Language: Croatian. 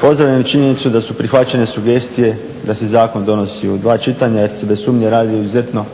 Pozdravljam činjenicu da su prihvaćene sugestije da se zakon donosi u dva čitanja jer se bez sumnje radi izuzetno